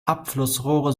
abflussrohre